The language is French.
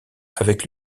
avec